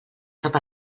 cap